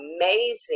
amazing